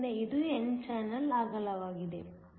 ಆದ್ದರಿಂದ ಇದು n ಚಾನಲ್ನ ಅಗಲವಾಗಿದೆ